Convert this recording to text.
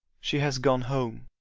she has gone home.